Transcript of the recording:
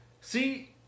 See